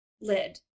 lid